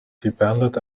dependent